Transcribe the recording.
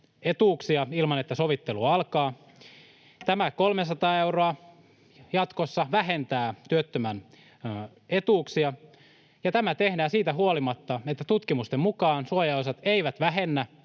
etuuksia, ilman, että sovittelu alkaa. Tämä 300 euroa jatkossa vähentää työttömän etuuksia, ja tämä tehdään siitä huolimatta, että tutkimusten mukaan suojaosat eivät vähennä